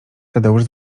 tadeusz